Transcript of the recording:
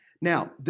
Now